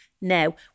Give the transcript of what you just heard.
now